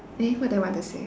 eh what did I want to say